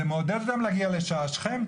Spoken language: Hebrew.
זה מעודד גם להגיע לשער שכם,